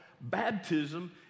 baptism